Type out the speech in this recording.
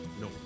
No